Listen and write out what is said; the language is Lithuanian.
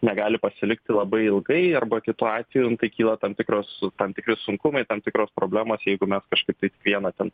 negali pasilikti labai ilgai arba kitu atveju kyla tam tikros tam tikri sunkumai tam tikros problemos jeigu mes kažkaip tai kiekvieną ten